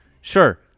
sure